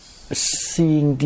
Seeing